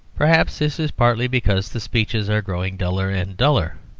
perhaps this is partly because the speeches are growing duller and duller.